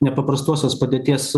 nepaprastosios padėties